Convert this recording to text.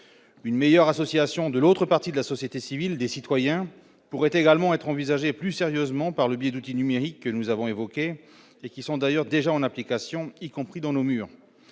une meilleure association de l'autre partie de la société civile des citoyens pourrait également être envisagée plus sérieusement par le biais d'outils numériques que nous avons évoqué les qui sont d'ailleurs déjà en application, y compris dans nos murs,